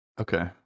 Okay